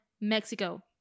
Mexico